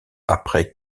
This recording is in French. après